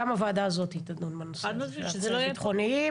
גם הוועדה הזאת תדון בנושא של האסירים הביטחוניים,